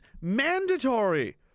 mandatory